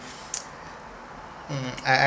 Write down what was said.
I I